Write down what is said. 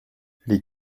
les